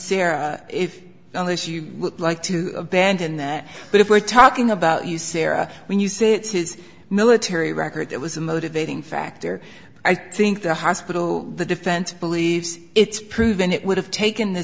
sarah if on this you would like to abandon that but if we're talking about you sara when you say it's his military record it was a motivating factor i think the hospital the defense believes it's proven it would have taken the